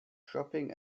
shopping